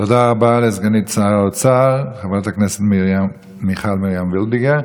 תודה רבה לסגנית שר האוצר חברת הכנסת מיכל מרים וולדיגר.